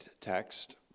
text